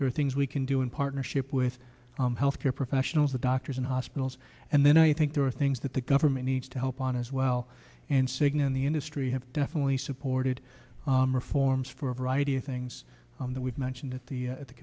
there are things we can do in partners ship with health care professionals the doctors and hospitals and then i think there are things that the government needs to help on as well and cigna in the industry have definitely supported reforms for a variety of things that we've mentioned at the at the